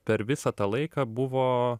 per visą tą laiką buvo